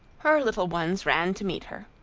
her little ones ran to meet her.